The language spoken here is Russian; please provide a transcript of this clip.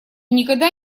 никогда